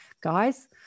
guys